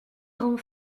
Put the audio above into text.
grand